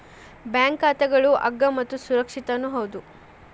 bank ಖಾತಾಗಳು ಅಗ್ಗ ಮತ್ತು ಸುರಕ್ಷಿತನೂ ಹೌದು